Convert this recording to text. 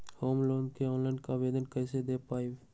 Home loan के online आवेदन कैसे दें पवई?